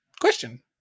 Question